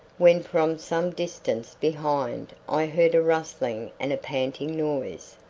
when from some distance behind i heard a rustling and a panting noise,